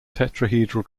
tetrahedral